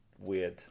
weird